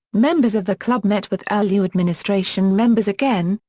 members of the club met with ah lu administration members again,